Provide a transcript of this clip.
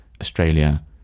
Australia